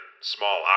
small